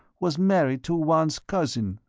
was married to juan's cousin.